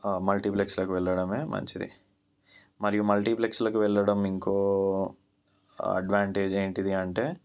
మల్టీప్లెక్స్లకు వెళ్లడమే మంచిది మరియు మల్టీప్లెక్స్లకు వెళ్లడం ఇంకో అడ్వాంటేజ్ ఏంటిది అంటే